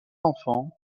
enfants